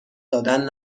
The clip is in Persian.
دادن